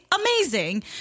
amazing